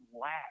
laugh